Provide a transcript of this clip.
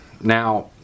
Now